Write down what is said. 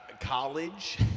College